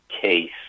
case